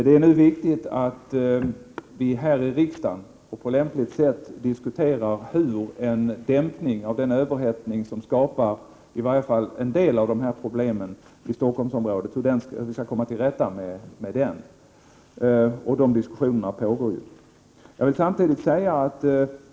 Det är viktigt att vi här i riksdagen på lämpligt sätt diskuterar hur vi skall komma till rätta med den överhettning som skapar i varje fall en del av problemen i Stockholmsområdet. Sådana diskussioner pågår också.